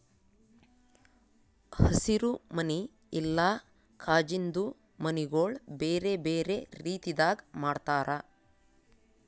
ಹಸಿರು ಮನಿ ಇಲ್ಲಾ ಕಾಜಿಂದು ಮನಿಗೊಳ್ ಬೇರೆ ಬೇರೆ ರೀತಿದಾಗ್ ಮಾಡ್ತಾರ